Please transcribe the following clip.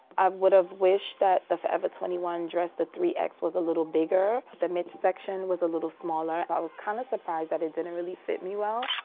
would've wished that the forever twenty one dress, the three x, was a little bigger. the midsection was a little smaller. i was kind of surprised that it didn't really fit me well.